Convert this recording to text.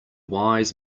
wise